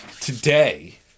today